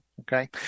Okay